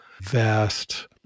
vast